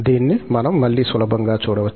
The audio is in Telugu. కాబట్టి దీన్ని మనం మళ్ళీ సులభంగా చూడవచ్చు